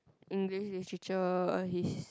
English literature all these